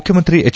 ಮುಖ್ಯಮಂತ್ರಿ ಎಚ್